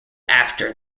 after